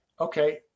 Okay